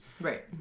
Right